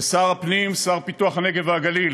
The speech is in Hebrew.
לשר הפנים ופיתוח הפריפריה, הנגב והגליל,